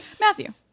Matthew